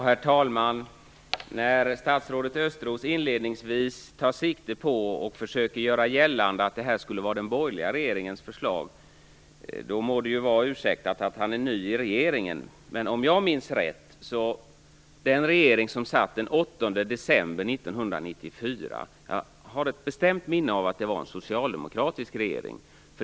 Herr talman! När statsrådet inledningsvis försöker göra gällande att detta skulle vara den borgerliga regeringens förslag, må det vara ursäktat med att han är ny i regeringen. Om jag minns rätt var den regering som satt den 8 december 1994 bestämt en socialdemokratisk regering.